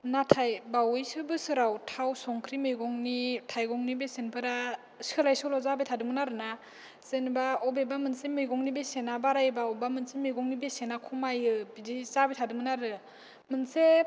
नाथाय बावैसो बोसोराव थाव संख्रि मैगंनि थाइगंनि बेसेनफोरा सोलाय सोल' जाबाय थादोंमोन आरोना जेनेबा अबेबा मोनसे मेगंनि बेसेना बारायबा अबेबा मोनसे मेगंनि बेसेना खमायो बिदि जाबाय थादोंमोन आरो मोनसे